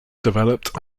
developed